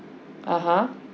(uh huh)